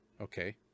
Okay